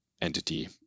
entity